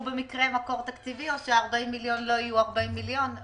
במקרה מקור תקציבי או שה-40 מיליון לא יהיו 40 מיליון?